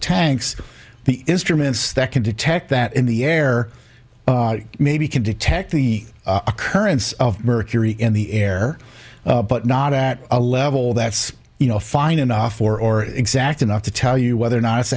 tanks the instruments that can detect that in the air maybe can detect the occurrence of mercury in the air but not at a level that's you know fine enough or exact enough to tell you whether or not it's